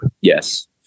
yes